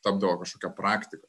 tapdavo kažkokia praktika